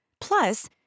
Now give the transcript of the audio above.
Plus